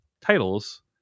titles